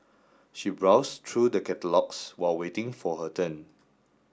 she browsed through the catalogues while waiting for her turn